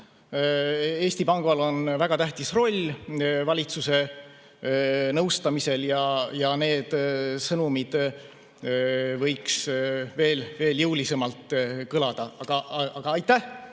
Eesti Pangal on väga tähtis roll valitsuse nõustamisel ja need sõnumid võiksid veel jõulisemalt kõlada. Aga aitäh